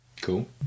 Cool